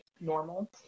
normal